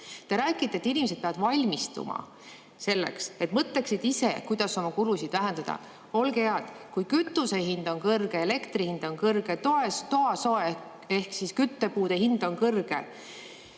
Te räägite, et inimesed peavad valmistuma selleks, et mõtleksid ise, kuidas oma kulusid vähendada. Olge hea: kui kütuse hind on kõrge, elektri hind on kõrge, toasooja ehk siis küttepuude hind on kõrge,